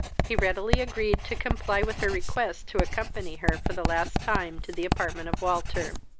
he readily agreed to comply with her request to accompany her for the last time to the apartment of walter.